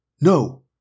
No